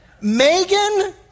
Megan